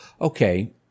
okay